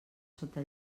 sota